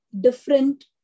different